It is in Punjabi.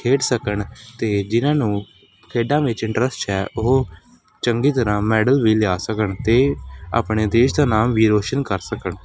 ਖੇਡ ਸਕਣ ਅਤੇ ਜਿਨ੍ਹਾਂ ਨੂੰ ਖੇਡਾਂ ਵਿੱਚ ਇੰਟਰਸਟ ਹੈ ਉਹ ਚੰਗੀ ਤਰ੍ਹਾਂ ਮੈਡਲ ਵੀ ਲਿਆ ਸਕਣ ਅਤੇ ਆਪਣੇ ਦੇਸ਼ ਦਾ ਨਾਮ ਵੀ ਰੌਸ਼ਨ ਕਰ ਸਕਣ